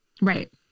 Right